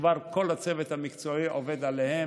שכבר כל הצוות המקצועי עובד עליהם,